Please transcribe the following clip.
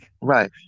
right